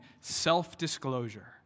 self-disclosure